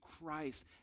Christ